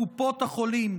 קופות החולים.